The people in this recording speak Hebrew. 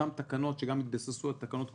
אותן תקנות שגם התבססו על תקנות קודמות,